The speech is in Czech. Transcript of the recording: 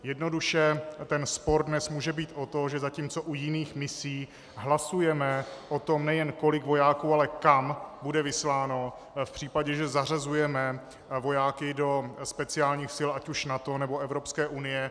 Jednoduše ten spor dnes může být o to, že zatímco u jiných misí hlasujeme o tom, nejen kolik vojáků, ale kam bude vysláno v případě, že zařazujeme vojáky do speciálních sil ať už NATO, nebo Evropské unie.